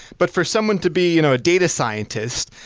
but for someone to be you know a data scientist,